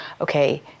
okay